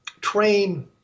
train